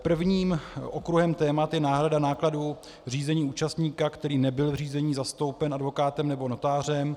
Prvním okruhem témat je náhrada nákladů řízení účastníka, který nebyl v řízení zastoupen advokátem nebo notářem.